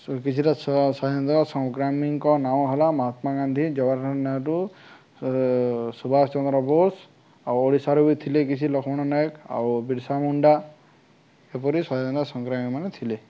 କିଛିଟା ସ୍ୱାଧୀନତା ସଂଗ୍ରାମୀଙ୍କ ନାମ ହେଲା ମହାତ୍ମା ଗାନ୍ଧୀ ଜଗହାରଲାଲ୍ ନେହେରୁ ସୁଭାଷ ଚନ୍ଦ୍ର ବୋଷ ଆଉ ଓଡ଼ିଶାରୁ ବି ଥିଲେ କିଛି ଲକ୍ଷ୍ମଣ ନାୟକ ଆଉ ବିର୍ସା ମୁୁଣ୍ଡା ଏପରି ସ୍ୱାଧୀନତା ସଂଗ୍ରାମୀମାନେ ଥିଲେ